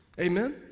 Amen